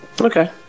Okay